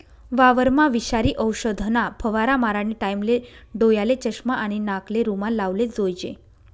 वावरमा विषारी औषधना फवारा मारानी टाईमले डोयाले चष्मा आणि नाकले रुमाल लावलेच जोईजे